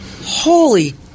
Holy